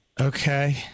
Okay